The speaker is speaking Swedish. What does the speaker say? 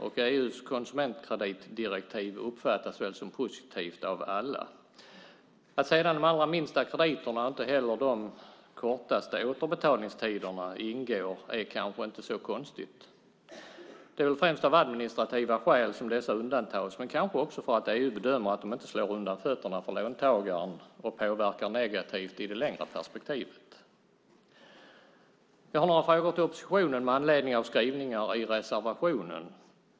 EU:s konsumentkreditdirektiv uppfattas väl som positivt av alla. Att sedan inte de allra minsta krediterna och inte heller de med de kortaste återbetalningstiderna ingår är kanske inte så konstigt. Det är väl främst av administrativa skäl som dessa undantas men kanske också för att EU bedömer att de inte slår undan fötterna för låntagaren och påverkar negativt i det längre perspektivet. Jag har några frågor till oppositionen med anledning av skrivningar i reservationen.